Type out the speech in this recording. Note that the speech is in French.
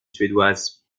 suédoise